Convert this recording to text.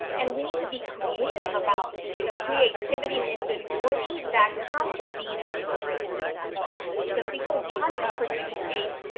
and we need to be creative about the creativity and ingenuity that comes from being an immigrant in this country because people want to produce a ah,